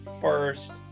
first